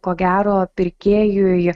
ko gero pirkėjui